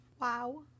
Wow